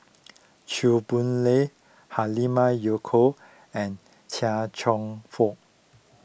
Chew Boon Lay Halimah Yacob and Chia Cheong Fook